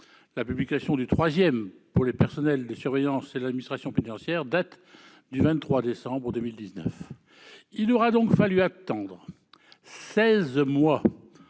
La publication du troisième, pour les personnels de surveillance de l'administration pénitentiaire, date du 23 décembre 2019. Il aura donc fallu attendre seize mois